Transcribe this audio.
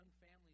family